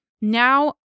Now